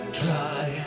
try